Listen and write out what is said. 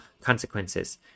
consequences